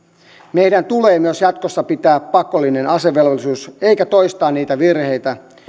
meidän tulee myös jatkossa pitää pakollinen asevelvollisuus eikä toistaa niitä virheitä